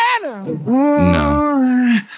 No